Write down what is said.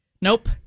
Nope